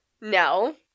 No